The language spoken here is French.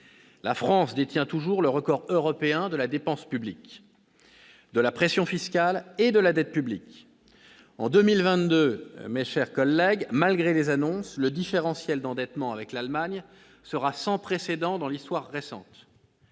La France détient toujours le record européen de la dépense publique, de la pression fiscale et de la dette publique ! Mes chers collègues, en 2022, malgré les annonces, le différentiel d'endettement avec l'Allemagne sera sans précédent dans l'histoire récente.